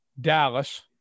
Dallas